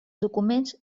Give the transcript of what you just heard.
documents